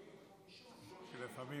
לפעמים,